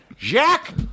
Jack